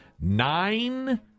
nine